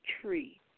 tree